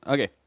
Okay